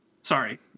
Sorry